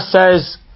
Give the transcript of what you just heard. says